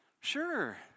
Sure